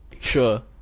Sure